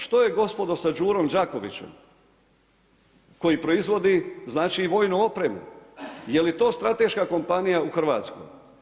Što je gospodo sa „Đurom Đakovićem“ koji proizvodi znači i vojnu opremu, je li i to strateška kompanija u Hrvatskoj?